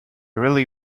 really